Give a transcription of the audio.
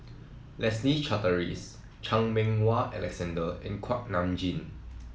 Leslie Charteris Chan Meng Wah Alexander and Kuak Nam Jin